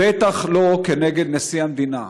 בטח לא כנגד נשיא המדינה,